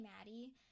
Maddie